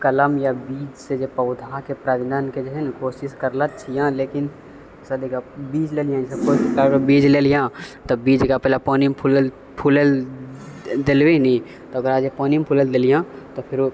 कलम या बीजसँ जे पौधाके प्रजननके जे है ने कोशिश करलै छियँ लेकिन बीज लेलियै जैसे कोइ भी प्रकारके बीज लेलियौ तऽ बीजके पहिले पानिमे फुलै लए देलबी नी तऽ ओकरा जे पानिमे फुलै लए देलियै तऽ फेरो